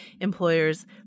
employers